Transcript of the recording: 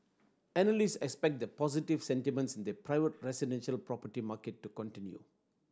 analyst expect the positive sentiments in the private residential property market to continue